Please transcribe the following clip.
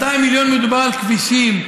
200 מיליון מדובר על כבישים,